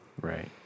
Right